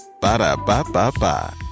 Ba-da-ba-ba-ba